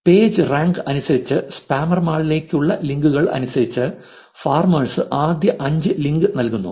page rank അനുസരിച്ച് സ്പാമറുകളിലേക്കുള്ള ലിങ്കുകൾ അനുസരിച്ച് ഫാർമേഴ്സ് ആദ്യ അഞ്ച് ലിങ്ക് നൽകുന്നു